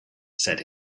said